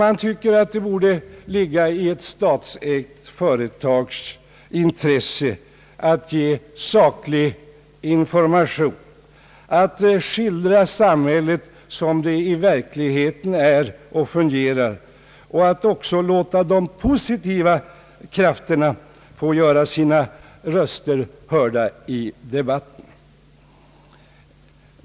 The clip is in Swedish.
Man tycker att det borde ligga i ett statsägt företags intresse att ge saklig information, att skildra samhället såsom det verkligen är och fungerar och att låta även de positiva krafterna få göra sina röster hörda i debatten.